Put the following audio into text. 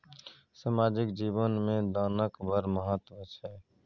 सामाजिक जीवन मे दानक बड़ महत्व छै